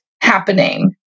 happening